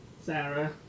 Sarah